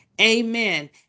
Amen